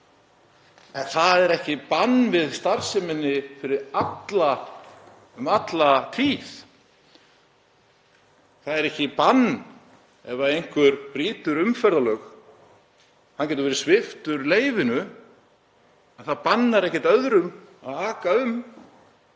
En það er ekki bann við starfseminni um alla tíð. Það er ekki bann ef einhver brýtur umferðarlög. Hann getur verið sviptur leyfinu en það bannar ekkert öðrum að aka um.